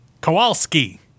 kowalski